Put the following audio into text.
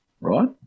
right